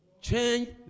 change